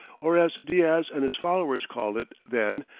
or as diaz and his followers called it then,